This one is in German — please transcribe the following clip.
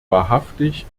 wahrhaftig